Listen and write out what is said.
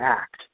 act